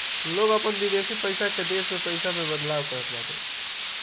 लोग अपन विदेशी पईसा के देश में पईसा में बदलवावत बाटे